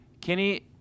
Kinney